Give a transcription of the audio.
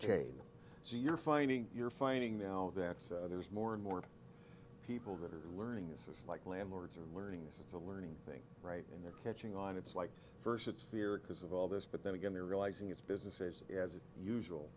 chain so you're finding you're finding now that there's more and more people that are learning is like landlords are learning this is a learning thing right in there catching on it's like first it's fear because of all this but then again they're realizing it's business as usual